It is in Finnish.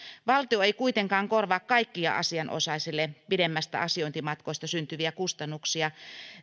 valtio ei kuitenkaan korvaa kaikkia asianosaisille pidemmistä asiointimatkoista syntyviä kustannuksia